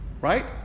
right